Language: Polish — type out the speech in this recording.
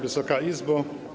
Wysoka Izbo!